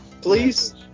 please